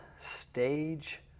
stage